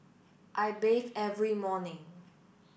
I bathe every morning